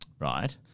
Right